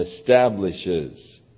establishes